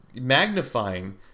magnifying